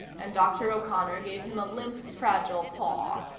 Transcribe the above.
and dr. o'connor gave him a limp fragile paw.